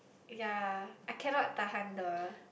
yea I cannot tahan the